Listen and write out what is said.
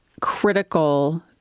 critical